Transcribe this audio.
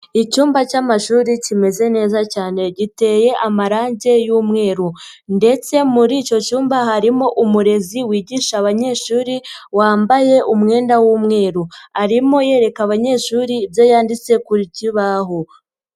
Icyumba cy'amashuri kimeze neza cyane giteye amarange y'umweru ndetse muri icyo cyumba harimo umurezi wigisha abanyeshuri, wambaye umwenda w'umweru. Arimo yereka abanyeshuri ibyo yanditse ku kibaho.